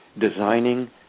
designing